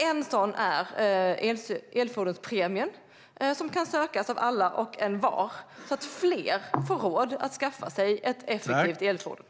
En åtgärd är elfordonspremien som kan sökas av alla och envar, så att fler får råd att skaffa ett effektivt elfordon.